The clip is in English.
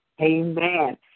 Amen